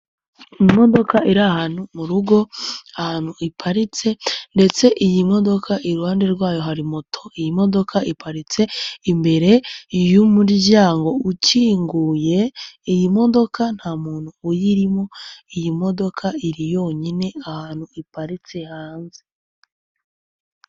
Imodoka iri ahantu mu rugo ahantu iparitse ndetse, iyi modoka iruhande rwayo hari moto, iyi modoka iparitse imbere y'umuryango ukinguye, iyi modoka nta muntu uyirimo, iyi modoka iri yonyine ahantu iparitse hanze.